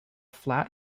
flat